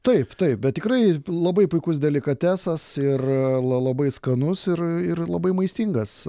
taip taip bet tikrai labai puikus delikatesas ir labai skanus ir ir labai maistingas